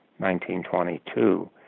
1922